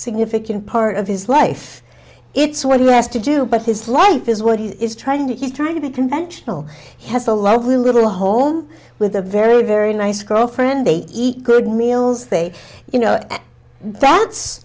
significant part of his life it's what he has to do but his life is what he is trying to he's trying to be conventional he has a lovely little home with a very very nice girlfriend they eat good meals they you know that's